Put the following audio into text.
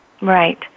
Right